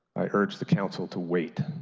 i urge the council to wait,